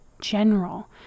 general